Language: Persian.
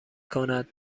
کند